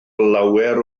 lawer